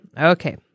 Okay